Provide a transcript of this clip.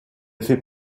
fait